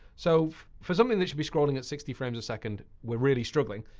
so for something that should be scrolling at sixty frames a second, we're really struggling.